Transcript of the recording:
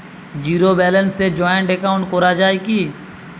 Zero ব্যালেন্সে joint account করা য়ায় কি?